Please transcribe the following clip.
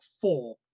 four